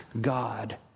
God